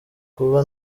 kuba